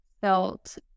felt